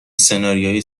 سناریوی